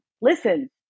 listen